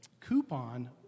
coupon